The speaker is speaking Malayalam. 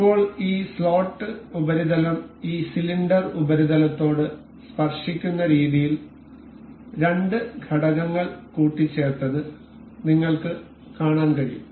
ഇപ്പോൾ ഈ സ്ലോട്ട് ഉപരിതലം ഈ സിലിണ്ടർ ഉപരിതലത്തോട് സ്പർശിക്കുന്ന രീതിയിൽ രണ്ട് ഘടകങ്ങൾ കൂട്ടിച്ചേർത്തത് നിങ്ങൾക്ക് കാണാൻ കഴിയും